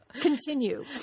Continue